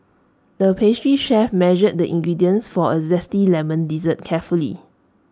the pastry chef measured the ingredients for A Zesty Lemon Dessert carefully